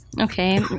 Okay